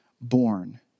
born